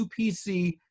upc